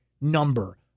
number